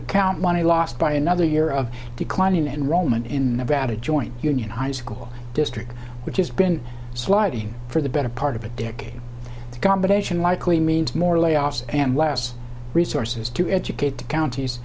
account money lost by another year of declining enrollment in nevada joint union high school district which has been sliding for the better part of a decade ago but action likely means more layoffs and less resources to educate the count